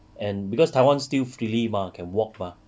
and because taiwan still freely mah can walk mah